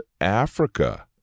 Africa